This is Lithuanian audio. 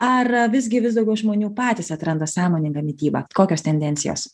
ar visgi vis daugiau žmonių patys atranda sąmoningą mitybą kokios tendencijos